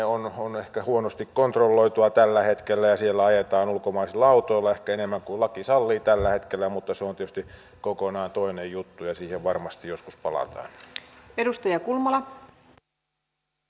kabotaasiliikenne on ehkä huonosti kontrolloitua tällä hetkellä ja siellä ajetaan ulkomaisilla autoilla ehkä enemmän kuin laki sallii tällä hetkellä mutta se on tietysti kokonaan toinen juttu ja siihen varmasti joskus palataan